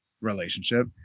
relationship